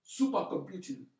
supercomputing